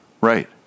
Right